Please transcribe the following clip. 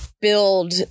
build